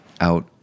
out